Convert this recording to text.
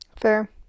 fair